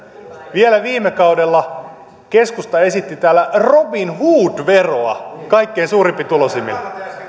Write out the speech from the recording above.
vielä viime kaudella keskusta esitti täällä robinhood veroa kaikkein suurituloisimmille